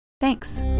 Thanks